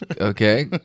okay